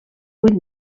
vuit